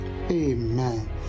Amen